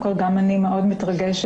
רוב הצעירות